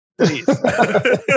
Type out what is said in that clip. Please